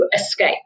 escape